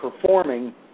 performing